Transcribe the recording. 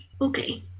okay